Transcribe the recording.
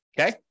okay